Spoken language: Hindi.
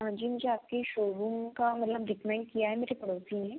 हाँ जी मुझे आपकी शोरूम का मतलब रिकमेंड किया है मुझे पड़ोसी ने